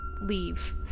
leave